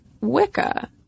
Wicca